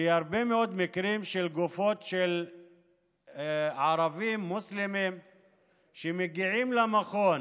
כי הרבה מאוד מקרים של גופות של ערבים מוסלמים שמגיעות למכון